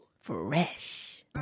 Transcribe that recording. Fresh